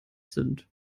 sind